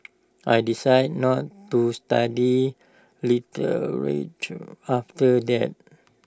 I decided not to study literature after that